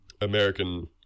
American